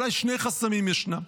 אולי שני חסמים ישנם.